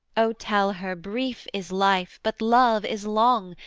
o tell her, brief is life but love is long,